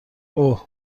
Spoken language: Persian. اوه